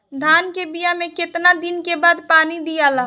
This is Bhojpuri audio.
धान के बिया मे कितना दिन के बाद पानी दियाला?